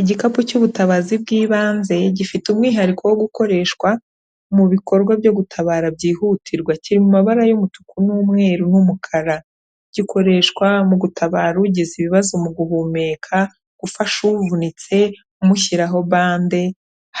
Igikapu cy'ubutabazi bw'ibanze, gifite umwihariko wo gukoreshwa mu bikorwa byo gutabara byihutirwa. Kiri mu mabara y'umutuku n'umweru n'umukara. Gikoreshwa mu gutabara ugize ibibazo mu guhumeka, gufasha uvunitse umushyiraho bande,